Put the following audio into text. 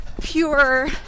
pure